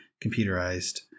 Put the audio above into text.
computerized